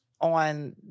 on